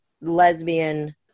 lesbian